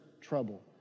trouble